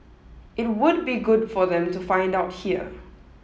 it would be good for them to find out here